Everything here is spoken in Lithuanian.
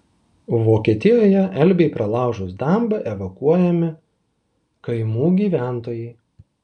vokietijoje elbei pralaužus dambą evakuojami kaimų gyventojai